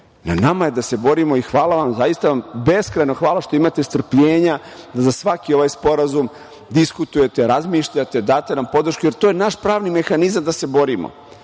nama je da se borimo. Hvala vam i zaista vam beskrajno hvala što imate strpljenja za svaki ovaj sporazum, diskutujete, razmišljate, date nam podršku, jer je to naš pravni mehanizam da se borimo.